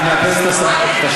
אני מאפס את השעון.